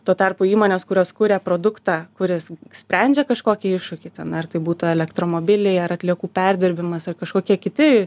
tuo tarpu įmonės kurios kuria produktą kuris sprendžia kažkokį iššūkį ten ar tai būtų elektromobiliai ar atliekų perdirbimas ar kažkokie kiti